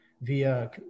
via